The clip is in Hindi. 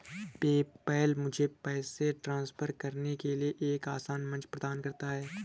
पेपैल मुझे पैसे ट्रांसफर करने के लिए एक आसान मंच प्रदान करता है